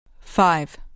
Five